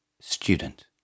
Student